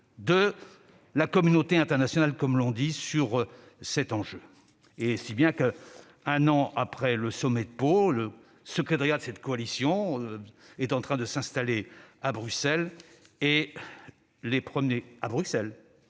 de la communauté internationale, comme l'on dit, sur cet enjeu. Si bien que, un an après le sommet de Pau, le secrétariat de cette coalition est en train de s'installer à Bruxelles, pour en